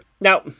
now